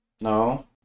No